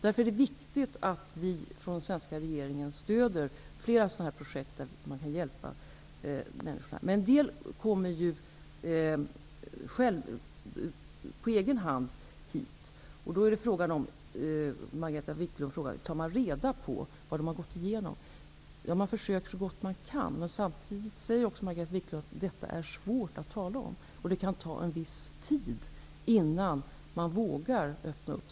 Det är därför viktigt att vi från den svenska regeringen stöder flera sådana här projekt genom vilka vi kan hjälpa människorna. En del kommer emellertid till Sverige på egen hand. Margareta Viklund frågade om man tar reda på vad dessa människor har gått igenom. Ja, man försöker så gott man kan, men samtidigt är ju detta, som Margareta Viklund påpekar, svårt att tala om. Det kan därför ta en viss tid innan flyktingarna vågar öppna sig.